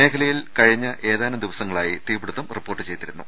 മേഖലയിൽ കഴിഞ്ഞ ഏതാനും ദിവസങ്ങളായി തീപിടുത്തം റിപ്പോർട്ട് ചെയ്തിരുന്നു